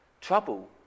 trouble